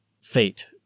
Fate